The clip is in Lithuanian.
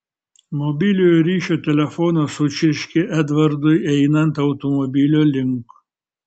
mobiliojo ryšio telefonas sučirškė edvardui einant automobilio link